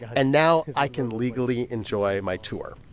and now i can legally enjoy my tour.